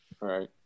right